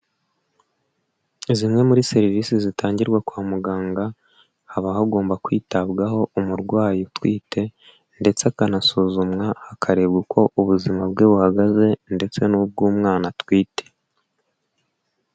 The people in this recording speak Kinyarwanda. Zimwe muri serivisi zitangirwa kwa muganga, haba hagomba kwitabwaho umurwayi utwite, ndetse akanasuzumwa hakarebwa uko ubuzima bwe buhagaze ndetse n'ubwumwana atwite.